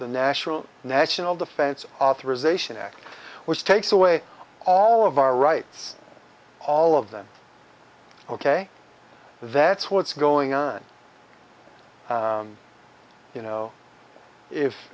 the national national defense authorization act which takes away all of our rights all of them ok that's what's going on you know if